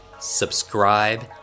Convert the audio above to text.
Subscribe